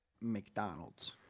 McDonald's